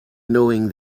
knowing